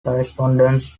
correspondence